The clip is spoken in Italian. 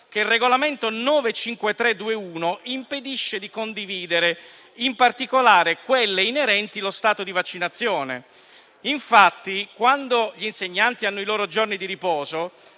che il Regolamento (UE) 2021/953 impedisce di condividere, in particolare quelle inerenti allo stato di vaccinazione. Infatti gli insegnanti, quando hanno i loro giorni di riposo,